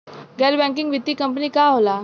गैर बैकिंग वित्तीय कंपनी का होला?